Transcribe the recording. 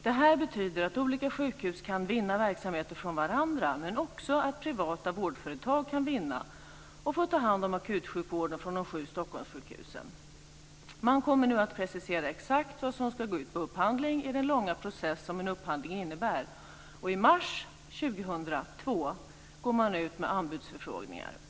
Det här betyder att olika sjukhus kan vinna verksamheter från varandra, men också att privata vårdföretag kan vinna och få ta hand om akutsjukvård från de sju Stockholmssjukhusen. Man kommer nu att precisera exakt vad som ska ut på upphandling, i den långa process som en upphandling innebär, och i mars 2002 går man ut med anbudsförfrågningar.